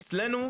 אצלנו,